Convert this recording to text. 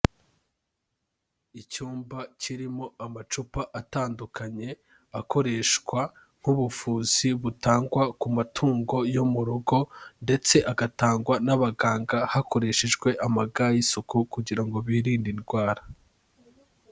Icyumba kirimo amacupa atandukanye akoreshwa nk'ubuvuzi butangwa ku matungo yo mu rugo ndetse agatangwa n'abaganga hakoreshejwe amaga y'isuku kugira ngo birinde indwara.